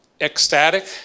ecstatic